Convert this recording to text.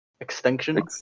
Extinction